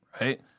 right